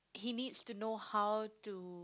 he needs to know how to